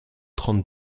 trente